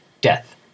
Death